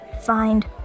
Find